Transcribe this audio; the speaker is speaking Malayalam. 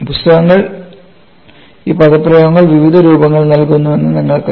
പുസ്തകങ്ങൾ ഈ പദപ്രയോഗങ്ങൾ വിവിധ രൂപങ്ങളിൽ നൽകുന്നുവെന്ന് നിങ്ങൾക്കറിയാം